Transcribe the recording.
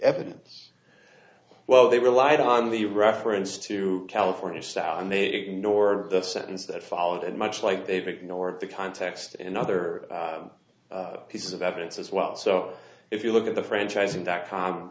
evidence well they relied on the reference to california style and they ignored the sentence that followed it much like they've ignored the context and other pieces of evidence as well so if you look at the franchising dot com